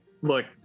look